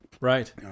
right